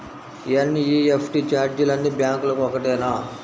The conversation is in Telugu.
ఎన్.ఈ.ఎఫ్.టీ ఛార్జీలు అన్నీ బ్యాంక్లకూ ఒకటేనా?